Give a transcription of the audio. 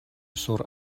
sur